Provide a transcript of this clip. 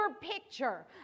picture